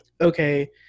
okay